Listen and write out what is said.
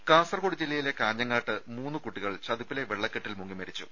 രുമ കാസർകോട് ജില്ലയിലെ കാഞ്ഞങ്ങാട്ട് മൂന്ന് കുട്ടികൾ ചതുപ്പിലെ വെള്ളക്കെട്ടിൽ മുങ്ങിമരിച്ചു